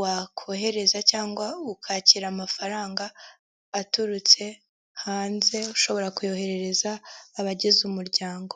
wakohereza cyangwa ukakira amafaranga aturutse hanze, ushobora koyoherereza abagize umuryango.